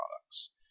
products